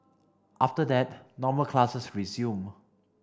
after that normal classes resumed